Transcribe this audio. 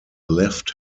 left